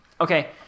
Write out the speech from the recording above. Okay